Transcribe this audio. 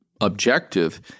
objective